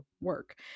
work